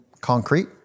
concrete